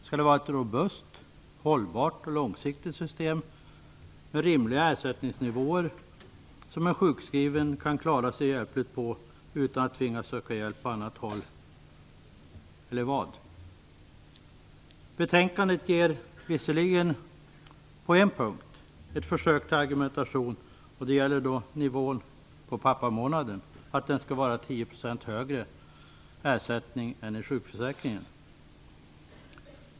Skall det vara ett robust, hållbart och långsiktigt system med rimliga ersättningsnivåer, som en sjukskriven kan klara sig hjälpligt på utan att tvingas söka hjälp på annat håll, eller vad skall det vara? Betänkandet innehåller visserligen på en punkt ett försök till argumentation, när det gäller nivån för pappamånaden, då ersättningen skall vara 10 % högre än i sjukförsäkringen.